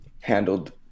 handled